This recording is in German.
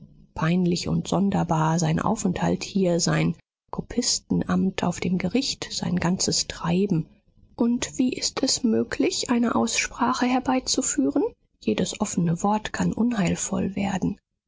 peinlich und sonderbar sein aufenthalt hier sein kopistenamt auf dem gericht sein ganzes treiben und wie ist es möglich eine aussprache herbeizuführen jedes offene wort kann unheilvoll werden